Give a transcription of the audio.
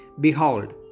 Behold